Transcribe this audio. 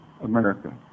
America